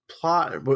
plot